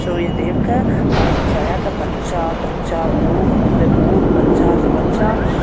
सुर्यदेवके अर्घ चढ़ाके बच्चा बच्चा बूढसँ बूढ़ बच्चासँ बच्चा